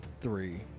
Three